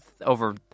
over